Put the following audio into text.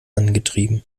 angetrieben